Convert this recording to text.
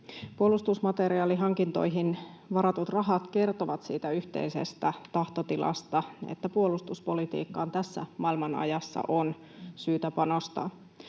Puolustusmateriaalihankintoihin varatut rahat kertovat siitä yhteisestä tahtotilasta, että puolustuspolitiikkaan tässä maailmanajassa on syytä panostaa.